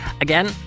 Again